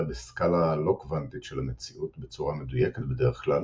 בסקלה הלא-קוואנטית של המציאות בצורה מדויקת בדרך כלל,